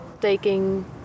taking